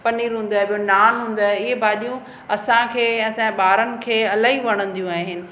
पनीर हूंदो आहे नान हूंदो आहे इहे भाॼियूं असांखे ऐं असांजे ॿारनि खे इलाही वणंदियूं आहिनि